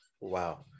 Wow